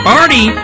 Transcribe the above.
Party